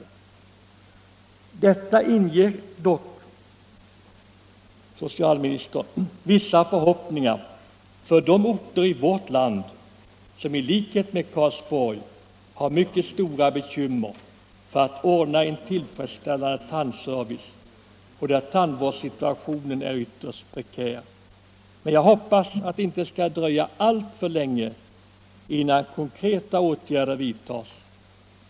Detta inger, herr socialminister, vissa förhoppningar för de orter i vårt land som i likhet med Karlsborg har mycket stora bekymmer när det gäller att ordna en tillfredsställande tandservice och där tandvårdssituationen är ytterst prekär. Men jag hoppas att det inte skall dröja alltför länge innan konkreta åtgärder vidtas.